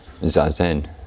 Zazen